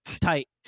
tight